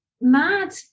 mad